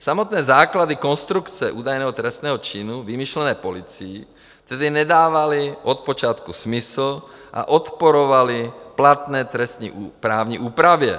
Samotné základy konstrukce údajného trestného činu vymyšlené policií tedy nedávaly od počátku smysl a odporovaly platné trestní právní úpravě.